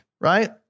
Right